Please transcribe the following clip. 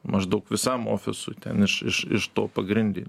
maždaug visam ofisui ten iš iš iš to pagrindio